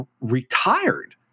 retired